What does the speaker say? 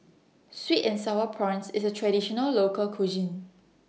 Sweet and Sour Prawns IS A Traditional Local Cuisine